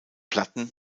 platten